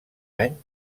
any